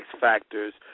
Factors